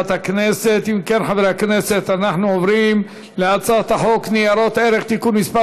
אנחנו עוברים להצעת חוק ניירות ערך (תיקון מס'